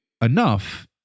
enough